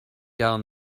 down